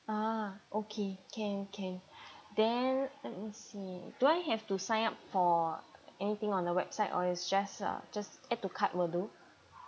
ah okay can can then let me see do I have to sign up for anything on the website or it's just uh just add to cart will do